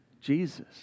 Jesus